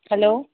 hello